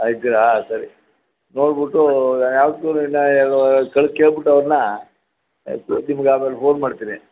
ಇದಿರಾ ಸರಿ ನೋಡ್ಬಿಟ್ಟು ನಾನು ಯಾವ್ದಕ್ಕೂ ಕೇಳಿಬಿಟ್ಟು ಅವ್ರನ್ನ ನಿಮ್ಗೆ ಆಮೇಲೆ ಫೋನ್ ಮಾಡ್ತೀನಿ